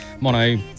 mono